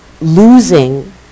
losing